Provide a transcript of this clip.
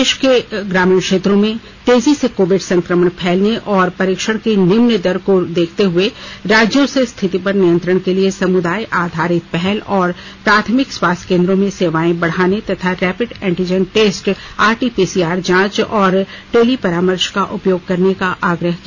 देश के ग्रामीण क्षेत्रों में तेजी से कोविड संक्रमण फैलने और परीक्षण की निम्न दर को देखते हुए राज्यों से स्थिति पर नियंत्रण के लिए समुदाय आधारित पहल और प्राथमिक स्वास्थ्य केन्द्र सेवाएं बढ़ाने तथा रैपिड एंटीजन टेस्ट आरटीपीसीआर जांच और टेली परामर्श का उपयोग करने का आग्रह किया